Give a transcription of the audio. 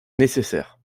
nécessaires